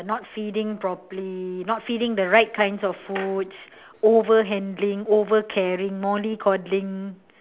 not feeding properly not feeding the right kinds of foods over handling over caring mollycoddling